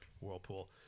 whirlpool